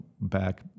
back